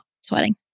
sweating